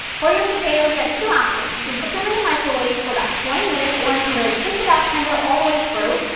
for your potatoes you have two options, you can cook them in the microwave for about twenty minutes or until they are just about tender all the way through.